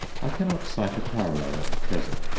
i cannot cite a parallel at present.